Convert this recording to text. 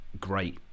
Great